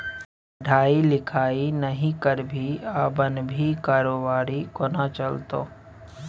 पढ़ाई लिखाई नहि करभी आ बनभी कारोबारी कोना चलतौ